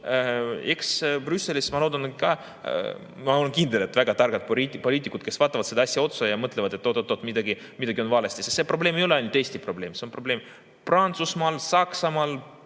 Eks Brüsselis, ma loodan või ma olen kindel, ole väga targad poliitikud, kes vaatavad sellele asjale otsa ja mõtlevad, et oot‑oot‑oot, midagi on valesti. See probleem ei ole ainult Eesti probleem, see on probleem Prantsusmaal, Saksamaal,